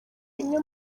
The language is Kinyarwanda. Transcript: imwe